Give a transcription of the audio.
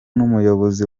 n’umuyobozi